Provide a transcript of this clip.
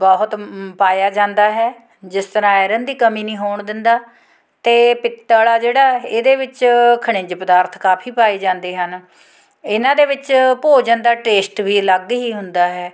ਬਹੁਤ ਪਾਇਆ ਜਾਂਦਾ ਹੈ ਜਿਸ ਤਰ੍ਹਾਂ ਆਇਰਨ ਦੀ ਕਮੀ ਨਹੀਂ ਹੋਣ ਦਿੰਦਾ ਅਤੇ ਪਿੱਤਲ ਆ ਜਿਹੜਾ ਇਹਦੇ ਵਿੱਚ ਖਣਿਜ ਪਦਾਰਥ ਕਾਫੀ ਪਾਈ ਜਾਂਦੇ ਹਨ ਇਹਨਾਂ ਦੇ ਵਿੱਚ ਭੋਜਨ ਦਾ ਟੇਸਟ ਵੀ ਅਲੱਗ ਹੀ ਹੁੰਦਾ ਹੈ